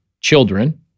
children